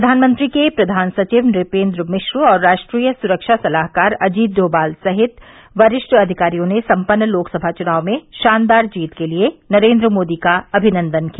प्रधानमंत्री के प्रधान सचिव नुपेंद्र मिश्र और राष्ट्रीय सुरक्षा सलाहकार अजीत डोमाल सहित वरिष्ठ अधिकारियों ने संपन्न लोकसभा चुनावों में शानदार जीत के लिए नरेन्द्र मोदी का अभिनंदन किया